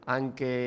anche